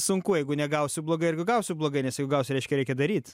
sunku jeigu negausiu blogai gausiu blogai nes jeigu gausiu reiškia reikia daryt